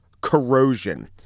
corrosion